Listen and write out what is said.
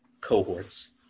cohorts